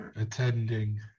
attending